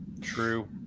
true